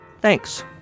Thanks